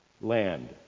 land